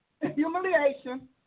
Humiliation